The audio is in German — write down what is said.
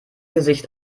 gesicht